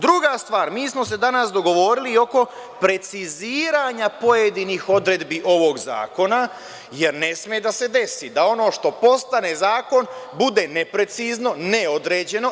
Druga stvar, mi smo se danas dogovorili i oko preciziranja pojedinih odredbi ovog zakona, jer ne sme da se desi da ono što postane zakon bude neprecizno, neodređeno.